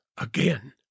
again